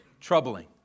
Troubling